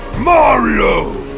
mario!